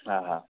हाँ हाँ